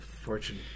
fortune